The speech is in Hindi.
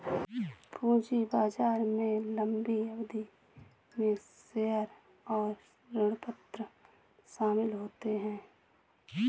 पूंजी बाजार में लम्बी अवधि में शेयर और ऋणपत्र शामिल होते है